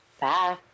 Bye